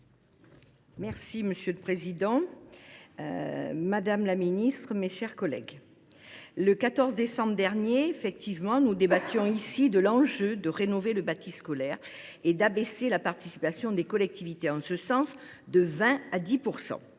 Monsieur le président, madame la ministre, mes chers collègues, le 14 décembre dernier, nous débattions ici de l’enjeu de rénover le bâti scolaire, et d’abaisser la participation des collectivités en ce sens de 20 % à 10 %.